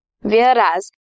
Whereas